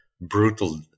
brutal